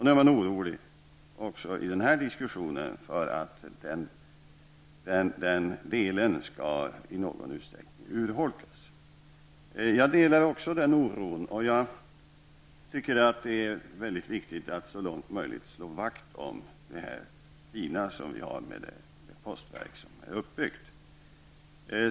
Nu är man även i denna diskussion orolig för att den delen skall i någon utsträckning urholkas. Jag delar också den oron. Jag tycker att det är viktigt att så långt det är möjligt slå vakt om det fina som finns i det postverket som redan är uppbyggt.